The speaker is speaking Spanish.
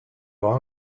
los